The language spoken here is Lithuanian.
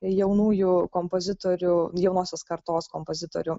jaunųjų kompozitorių jaunosios kartos kompozitorių